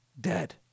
dead